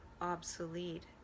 obsolete